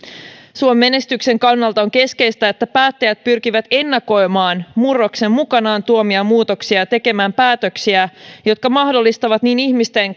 suomen menestyksen kannalta on keskeistä että päättäjät pyrkivät ennakoimaan murroksen mukanaan tuomia muutoksia ja tekemään päätöksiä jotka mahdollistavat niin ihmisten